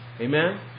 Amen